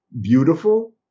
beautiful